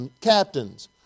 captains